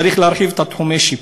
צריך להרחיב את תחומי השיפוט.